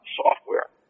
software